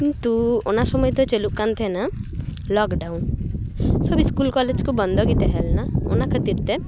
ᱠᱤᱱᱛᱩ ᱚᱱᱟ ᱥᱳᱢᱚᱭ ᱫᱚ ᱪᱟᱹᱞᱩᱜ ᱠᱟᱱ ᱛᱟᱦᱮᱱᱟ ᱞᱚᱠᱰᱟᱭᱩᱱ ᱥᱚᱵ ᱤᱥᱠᱩᱞ ᱠᱚᱞᱮᱡᱽ ᱠᱚ ᱵᱚᱱᱫᱚ ᱜᱮ ᱛᱟᱦᱮᱸ ᱞᱮᱱᱟ ᱚᱱᱟ ᱠᱷᱟᱹᱛᱤᱨ ᱛᱮ